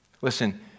Listen